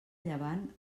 llevant